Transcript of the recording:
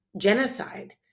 genocide